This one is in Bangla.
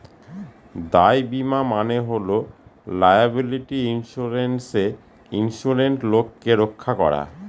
দায় বীমা মানে হল লায়াবিলিটি ইন্সুরেন্সে ইন্সুরেড লোককে রক্ষা করা